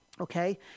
Okay